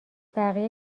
بقیه